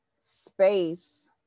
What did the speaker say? space